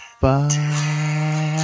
bye